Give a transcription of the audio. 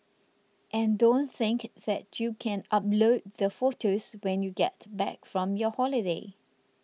and don't think that you can upload the photos when you get back from your holiday